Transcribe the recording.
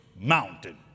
mountain